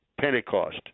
Pentecost